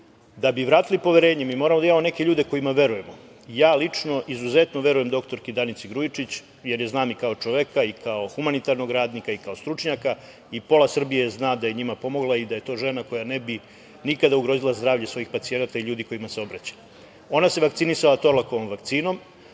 bi vratili poverenje mi moramo da imamo neke ljude kojima verujemo. Ja lično izuzetno verujem doktorki Danici Grujičić, jer je znam kao čoveka i kao humanitarnog radnika i kao stručnjaka, i pola Srbije zna da je njima pomogla i da je to žena koja ne bi nikada ugrozila zdravlje svojih pacijenata i ljudi kojima se obraća. Ona se vakcinisala „Torlakovom“ vakcinom,